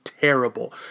Terrible